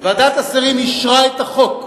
ועדת השרים אישרה את החוק